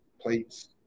plates